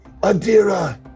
Adira